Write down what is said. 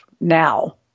now